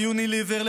ליוניליוור,